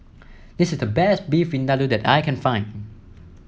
this is the best Beef Vindaloo that I can find